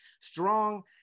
strong